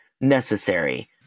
necessary